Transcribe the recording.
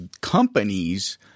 companies